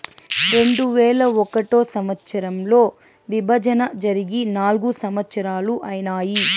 రెండువేల ఒకటో సంవచ్చరంలో విభజన జరిగి నాల్గు సంవత్సరాలు ఐనాయి